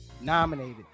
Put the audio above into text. nominated